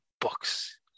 books